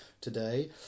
today